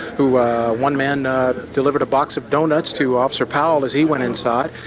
who one man delivered a box of doughnuts to officer powell as he went inside,